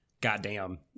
goddamn